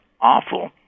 awful